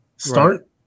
Start